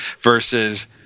versus